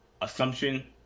assumption